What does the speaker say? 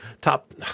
top